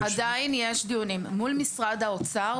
עדיין יש דיונים מול משרד האוצר,